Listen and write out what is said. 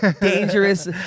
dangerous